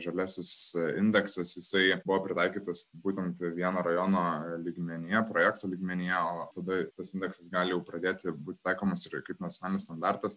žaliasis indeksas jisai buvo pritaikytas būtent vieno rajono lygmenyje projektų lygmenyje o tada jau tas indeksas gali pradėti būti taikomas ir kaip nacionalinis standartas